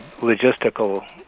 logistical